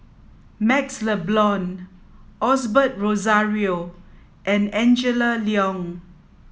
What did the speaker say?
MaxLe Blond Osbert Rozario and Angela Liong